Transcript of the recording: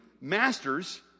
masters